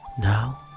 Now